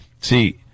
see